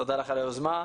תודה לך על היוזמה.